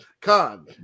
con